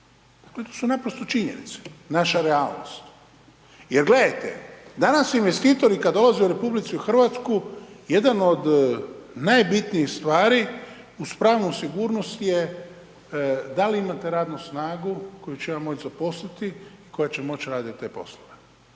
zakona. To su naprosto činjenice, naša realnost. Jer gledajte danas investitori kad dolaze u RH jedan od najbitnijih stvari uz pravnu sigurnost je da li imate radnu snagu koju ćemo zaposliti koja će moći raditi te poslove.